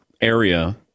area